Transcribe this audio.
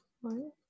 One